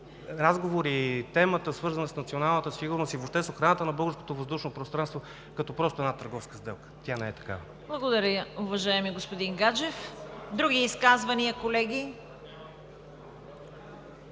разговори и темата, свързана с националната сигурност, и въобще с охраната на българското въздушно пространство, като просто една търговска сделка. Тя не е такава! ПРЕДСЕДАТЕЛ ЦВЕТА КАРАЯНЧЕВА: Благодаря, уважаеми господин Гаджев. Други изказвания, колеги?